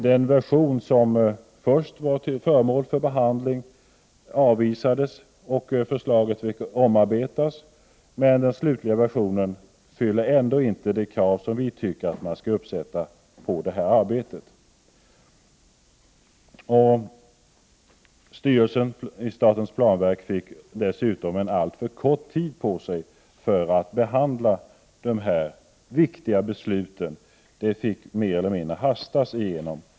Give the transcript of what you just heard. Den version som först var föremål för behandling avvisades och förslaget fick omarbetas, men den slutliga versionen fyller ändå inte de krav som vi tycker att man skall ställa på det här arbetet. Styrelsen för statens planverk fick dessutom alltför kort tid på sig för att behandla de här viktiga frågorna — de fick mer eller mindre hastas igenom.